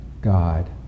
God